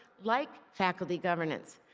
like faculty governance,